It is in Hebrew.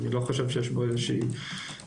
אני לא חושב שיש בו איזושהי מסגרת,